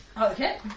okay